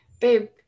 babe